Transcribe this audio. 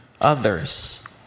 others